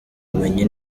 bumenyi